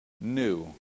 new